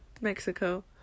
Mexico